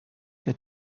que